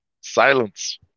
Silence